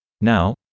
Now